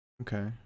Okay